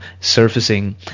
surfacing